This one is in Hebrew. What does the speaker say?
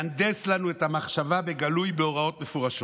להנדס לנו את המחשבה בגלוי בהוראות מפורשות,